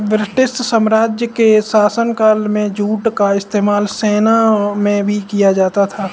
British साम्राज्य के शासनकाल में जूट का इस्तेमाल सेना में भी किया जाता था